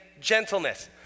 gentleness